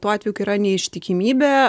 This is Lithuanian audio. tuo atveju kai yra neištikimybė